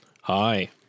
hi